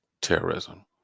terrorism